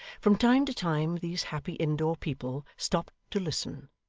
from time to time these happy indoor people stopped to listen,